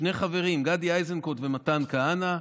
שני חברים: גדי איזנקוט ומתן כהנא,